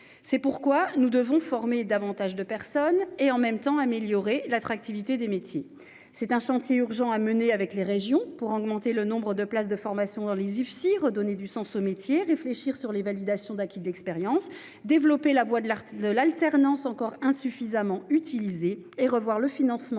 C'est pourquoi nous devons former davantage de personnes et, en même temps, améliorer l'attractivité des métiers. C'est un chantier urgent, à mener notamment avec les régions, pour augmenter le nombre de places de formation dans les Ifsi, redonner du sens au métier, réfléchir sur la validation des acquis de l'expérience, développer la voie de l'alternance, qui est encore insuffisamment utilisée, et revoir le financement